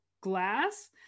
glass